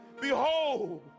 Behold